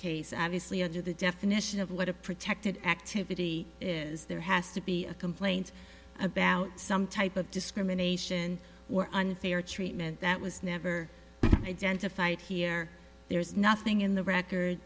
case obviously under the definition of what a protected activity is there has to be a complaint about some type of discrimination or unfair treatment that was never identified here there's nothing in the record